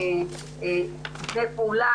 תקני פעולה,